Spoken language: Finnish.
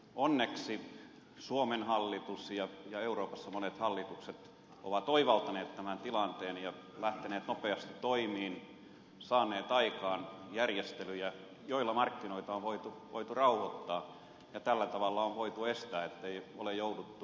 onneksi suomen hallitus ja euroopassa monet hallitukset ovat oivaltaneet tämän tilanteen ja lähteneet nopeasti toimiin saaneet aikaan järjestelyjä joilla markkinoita on voitu rauhoittaa ja tällä tavalla on voitu estää ettei ole jouduttu leikkaamaan